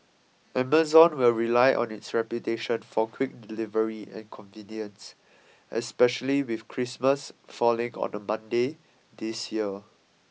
Amazon will rely on its reputation for quick delivery and convenience especially with Christmas falling on a Monday this year